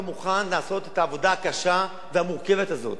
לעשות את העבודה הקשה והמורכבת הזאת,